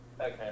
Okay